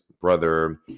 brother